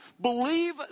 believe